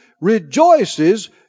rejoices